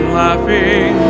laughing